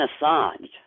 Assange